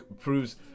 proves